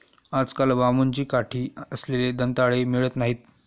आजकाल बांबूची काठी असलेले दंताळे मिळत नाहीत